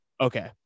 Okay